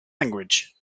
language